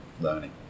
learning